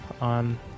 on